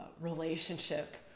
relationship